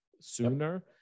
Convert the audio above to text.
sooner